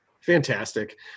Fantastic